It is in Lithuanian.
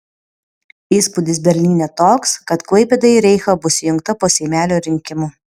įspūdis berlyne toks kad klaipėda į reichą bus įjungta po seimelio rinkimų